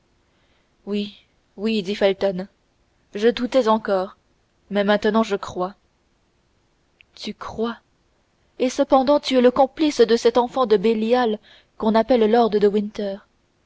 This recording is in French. oui oui dit felton je doutais encore mais maintenant je crois tu crois et cependant tu es le complice de cet enfant de bélial qu'on appelle lord de